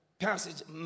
passage